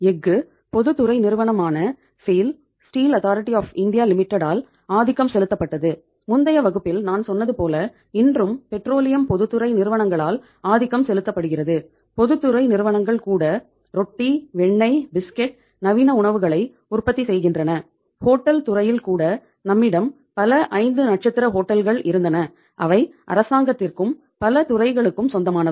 எஃகு பொதுத்துறை நிறுவனமான செய்ல் இருந்தன அவை அரசாங்கத்திற்கும் பல துறைகளுக்கும் சொந்தமானவை